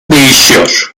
değişiyor